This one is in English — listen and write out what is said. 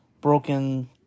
broken